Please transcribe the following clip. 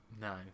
No